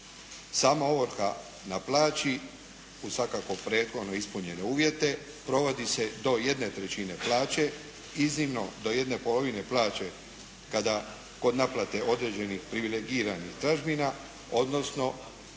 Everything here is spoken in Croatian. sama ovrha na plaći uz svakako prethodno ispunjene uvjete provodi se do jedne trećine plaće, iznimno do jedne polovine plaće kada kod naplate određenih privilegiranih tražbina odnosno